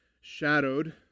shadowed